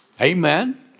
Amen